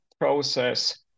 process